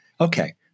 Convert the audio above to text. Okay